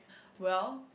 well